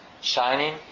shining